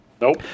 Nope